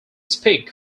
speak